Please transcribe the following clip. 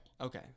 okay